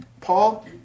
Paul